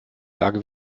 lage